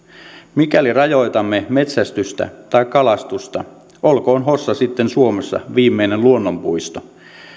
mikäli rajoitamme metsästystä tai kalastusta olkoon hossa sitten suomessa viimeinen luonnonpuisto